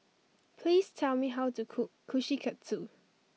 please tell me how to cook Kushikatsu